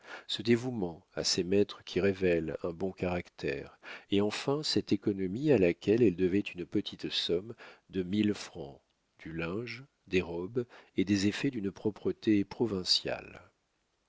ce dévouement à ses maîtres qui révèle un bon caractère et enfin cette économie à laquelle elle devait une petite somme de mille francs du linge des robes et des effets d'une propreté provinciale